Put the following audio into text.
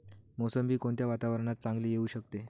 मोसंबी कोणत्या वातावरणात चांगली येऊ शकते?